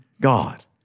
God